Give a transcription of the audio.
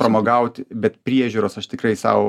pramogauti bet priežiūros aš tikrai sau